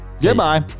goodbye